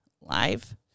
Live